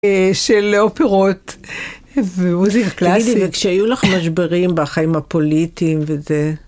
של אופרות ומוזיקה קלאסית. תגידי, וכשהיו לך משברים בחיים הפוליטיים וזה...